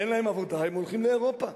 אין להם עבודה, הם הולכים לאירופה.